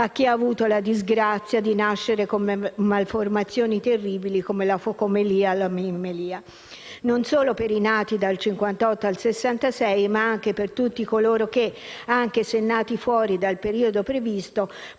a chi ha avuto la disgrazia di nascere con malformazioni terribili come la focomelia o l'emimelia non solo per i nati dal 1958 al 1966, ma anche per tutti coloro che, anche se nati fuori dal periodo previsto,